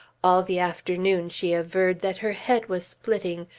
all the afternoon she averred that her head was splitting,